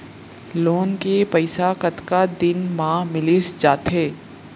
Loan के पइसा कतका दिन मा मिलिस जाथे?